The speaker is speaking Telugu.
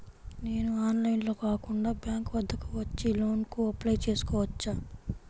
నేను ఆన్లైన్లో కాకుండా బ్యాంక్ వద్దకు వచ్చి లోన్ కు అప్లై చేసుకోవచ్చా?